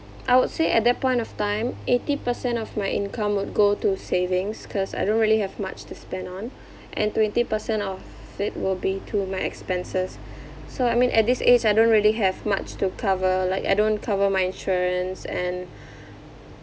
I would say at that point of time eighty percent of my income would go to savings cause I don't really have much to spend on and twenty percent of it will be to my expenses so I mean at this age I don't really have much to cover like I don't cover my insurance and